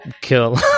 kill